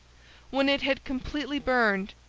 when it had completely burned,